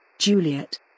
Juliet